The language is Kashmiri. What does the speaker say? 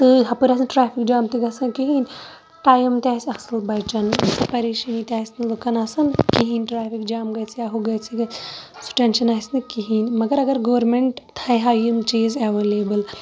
تہٕ ہَپٲرۍ آسنہِ ٹریفِک جام تہِ گَژھان کِہیٖنۍ ٹایِم تہِ آسہِ اصل بَچان پَریشٲنی تہٕ آسنہٕ لُکَن آسان کِہیٖنۍ ٹریفِک جام گَژھِ ہہُ گَژھِ یہِ گَژھِ سُہ ٹینشَن آسنہِ کِہیٖنۍ مَگَر اَگَر گورمینٹ تھایہا یِم چیٖز ایویلیبٕل